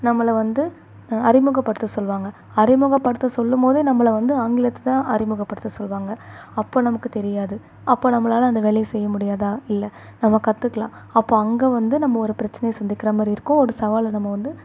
நம்மள வந்து அறிமுகப்படுத்த சொல்லுவாங்க அறிமுகப்படுத்த சொல்லும்போதே நம்மள வந்து ஆங்கிலத்தில் அறிமுகப்படுத்த சொல்லுவாங்க அப்போ நமக்கு தெரியாது அப்போ நம்மளால் அந்த வேலையை செய்ய முடியாதா இல்லை நம்ம கற்றுக்கலாம் அப்போ அங்கே வந்து நம்ம ஒரு பிரச்சனையை சந்திக்கிறமாதிரி இருக்கும் ஒரு சவாலை நம்ம வந்து